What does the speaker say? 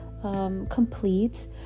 complete